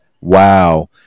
Wow